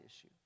issue